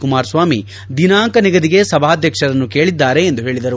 ಕುಮಾರಸ್ವಾಮಿ ದಿನಾಂಕ ನಿಗದಿಗೆ ಸಭಾಧ್ಯಕ್ಷರನ್ನು ಕೇಳಿದ್ದಾರೆ ಎಂದು ಹೇಳಿದರು